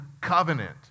covenant